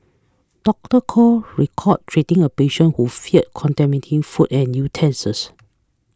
Doctor Koh recall treating a patient who feared contaminate food and utensils